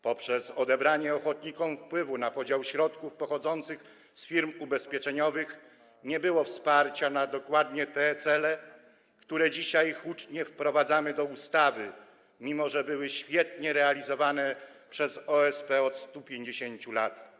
Przez odebranie ochotnikom wpływu na podział środków pochodzących z firm ubezpieczeniowych nie było wsparcia dokładnie na te cele, które dzisiaj hucznie wprowadzamy do ustawy, mimo że były one świetnie realizowane przez OSP od 150 lat.